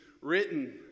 written